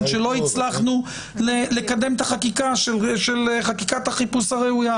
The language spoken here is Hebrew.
שלא הצלחנו לקדם את חקיקת החיפוש הראויה,